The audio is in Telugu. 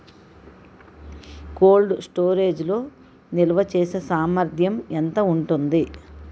కోల్డ్ స్టోరేజ్ లో నిల్వచేసేసామర్థ్యం ఎంత ఉంటుంది?